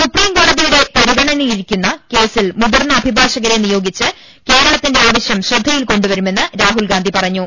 സുപ്രീംകോടതിയുടെ പരിഗണനയിലിരി ക്കുന്ന കേസിൽ മുതിർന്ന അഭിഭാഷകരെ നിയോഗിച്ച് കേരള ത്തിന്റെ ആവശ്യം ശ്രദ്ധയിൽ കൊണ്ടുവരണമെന്നും രാഹുൽ ഗാന്ധി പറഞ്ഞു